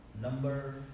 Number